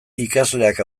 ikasleak